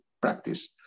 practice